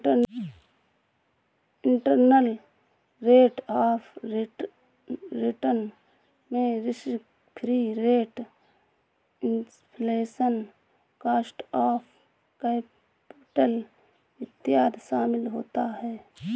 internal rate of return में risk free rate, inflation, cost of capital इत्यादि शामिल होता है